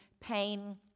pain